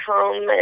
home